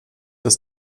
dass